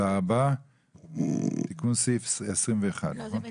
סעיף 21. את כל